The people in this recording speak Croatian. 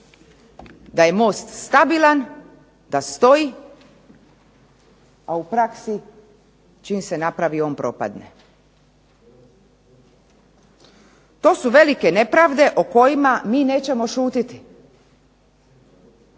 da je most stabilan, da stoji, a u praksi čim se napravi on propadne. To su velike nepravde o kojima mi nećemo šutjeti.